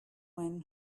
when